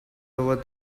over